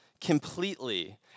completely